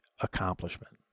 accomplishment